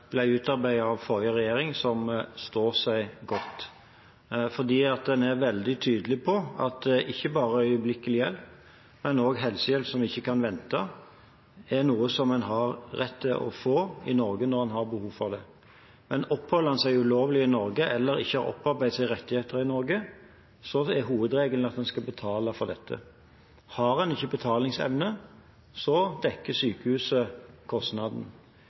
ble utarbeidet av den forrige regjering, og som står seg godt, fordi en er veldig tydelig på at ikke bare øyeblikkelig hjelp, men også helsehjelp som ikke kan vente, er noe som en har rett til å få i Norge når en har behov for det. Men oppholder en seg ulovlig eller ikke har opparbeidet seg rettigheter i Norge, er hovedregelen at en skal betale for dette. Har en ikke betalingsevne, dekker sykehuset kostnaden.